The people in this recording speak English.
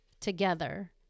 together